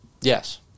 Yes